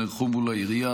נערכו מול העירייה.